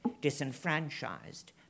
disenfranchised